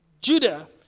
Judah